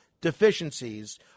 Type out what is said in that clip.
deficiencies